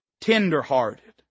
Tender-hearted